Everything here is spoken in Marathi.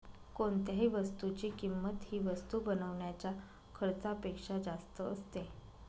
कोणत्याही वस्तूची किंमत ही वस्तू बनवण्याच्या खर्चापेक्षा जास्त असते